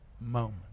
moment